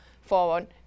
forward